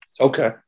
Okay